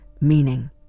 meaning